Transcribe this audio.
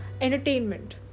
entertainment